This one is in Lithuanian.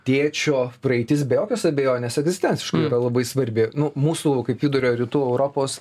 tėčio praeitis be jokios abejonės egzistenciškai yra labai svarbi nu mūsų kaip vidurio rytų europos